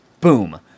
boom